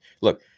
Look